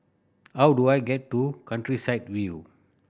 how do I get to Countryside View